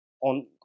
On